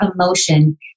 emotion